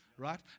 Right